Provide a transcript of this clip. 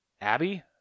Abby